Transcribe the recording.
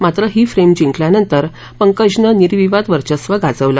मात्र ही फ्रेम जिंकल्यानंतर पंकजनं निर्विवाद वर्चस्व गाजवलं